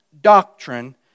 doctrine